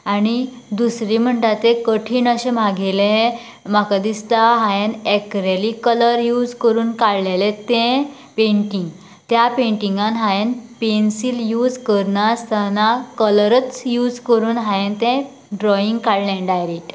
आनी दुसरीं म्हणटा ते कठीण अशे म्हागेले म्हाका दिसता हांयेन एक्रिलीक कलर यूज करून काडलेलें तें पेंटींग त्या पेंटींगांत हायेंन पेन्सील यूज करनासतना कलरच यूज करून हायेन तें ड्रॉवींग काडले डायरेक्ट